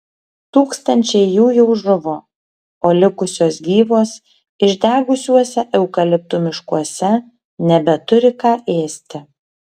tūkstančiai jų jau žuvo o likusios gyvos išdegusiuose eukaliptų miškuose nebeturi ką ėsti